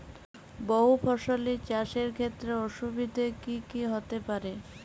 বহু ফসলী চাষ এর ক্ষেত্রে অসুবিধে কী কী হতে পারে?